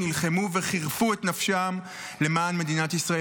נלחמו וחירפו את נפשם למען מדינת ישראל.